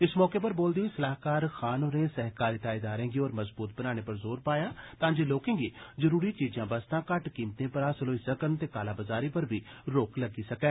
इस मौके पर बोलदे होई सलाहकार खान होरें सैहकारिता इदारें गी होर मजबूत बनाने पर जोर पाया तां जे लोकें गी जरूरी चीजां बस्तां घट्ट कीमतें पर हासल होई सकन ते काला बजारी पर बी रोक लग्गी सकै